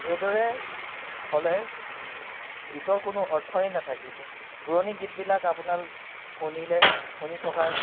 এইদৰে হ'লে গীতৰ কোনো অৰ্থই নাথাকিব পুৰণি গীতবিলাক আপোনাৰ শুনিলে শুনি থকাৰ